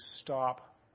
stop